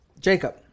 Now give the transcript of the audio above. Jacob